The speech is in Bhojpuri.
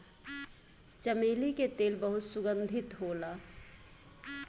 चमेली के तेल बहुत सुगंधित होला